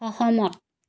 সহমত